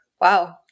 Wow